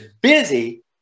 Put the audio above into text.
busy